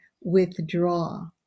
withdraw